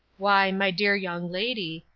why, my dear young lady,